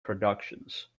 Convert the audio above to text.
productions